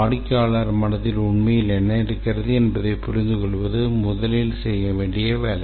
வாடிக்கையாளர் மனதில் உண்மையில் என்ன இருக்கிறது என்பதைப் புரிந்துகொள்வதுதான் முதலில் செய்ய வேண்டிய வேலை